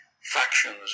factions